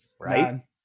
Right